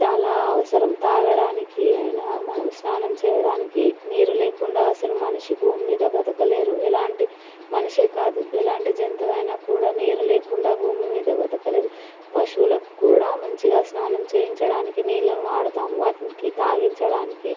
చాలా అవసరం తాగడానికి అయినా మనం స్నానం చెయ్యడానికి నీరు లేకుండా అసలు మనిషి భూమి మీద బతకలేరు ఎలాంటి మనిషే కాదు ఎలాంటి జంతువైనా కూడా నీరు లేకుండా భూమి మీద బతకలేదు పశువులకు కూడా మంచిగా స్నానం చెయ్యించడానికి నీళ్ళను వాడుతాము వాటికి తాగించడానికి